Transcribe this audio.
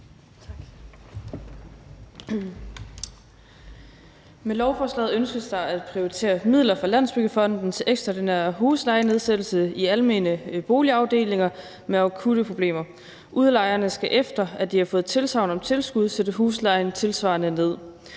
Med lovforslaget ønskes det at prioritere midler fra Landsbyggefonden til ekstraordinær huslejenedsættelse i almene boligafdelinger med akutte problemer. Udlejerne skal, efter at de har fået tilsagn om tilskud, sætte huslejen tilsvarende ned.